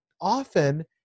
often